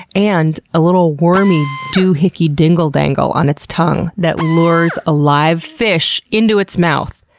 and a little wormy, doohickey, dingle-dangle on its tongue that lures a live fish into its mouth!